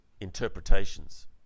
interpretations